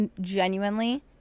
genuinely